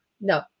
No